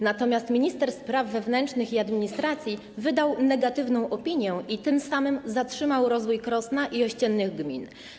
Natomiast minister spraw wewnętrznych i administracji wydał negatywną opinię i tym samym zatrzymał rozwój Krosna i ościennych gmin.